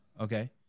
Okay